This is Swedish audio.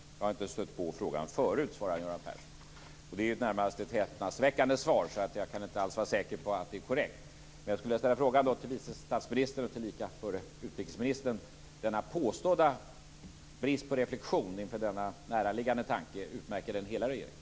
Jag har inte stött på frågan förut. Det är ett närmast häpnadsväckande svar. Jag kan inte alls vara säker på att det är korrekt. Men jag vill då fråga vice statsministern, tillika f.d. utrikesministern, om denna påstådda brist på reflexion inför denna näraliggande tanke utmärker hela regeringen.